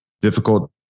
difficult